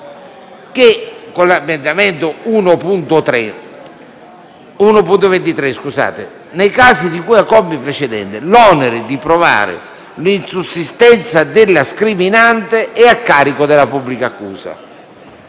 fine il seguente comma: "Nei casi di cui ai commi precedenti, l'onere di provare l'insussistenza della scriminante è a carico della pubblica accusa"».